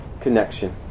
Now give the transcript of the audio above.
connection